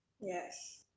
Yes